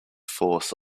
force